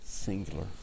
singular